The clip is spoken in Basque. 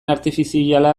artifiziala